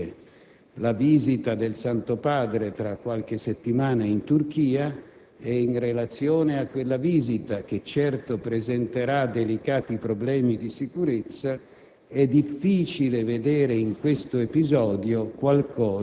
Il secondo commento è che tutti abbiamo in mente la visita del Santo Padre che si terrà tra qualche settimana in Turchia e, in relazione a quella visita, che certo presenterà delicati problemi di sicurezza,